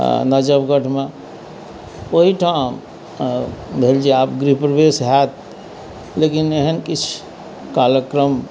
नजबगढ़मे ओहिठाम भेल जे आब गृहप्रवेश हैत लेकिन एहन किछु कालक क्रम